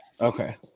Okay